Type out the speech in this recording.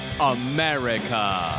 America